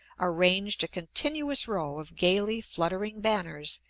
are ranged a continuous row of gayly fluttering banners-red,